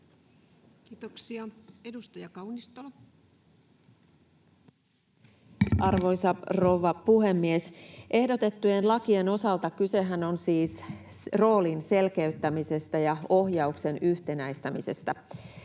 laeiksi Time: 14:42 Content: Arvoisa rouva puhemies! Ehdotettujen lakien osaltahan kyse on siis roolin selkeyttämisestä ja ohjauksen yhtenäistämisestä.